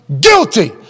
Guilty